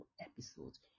episodes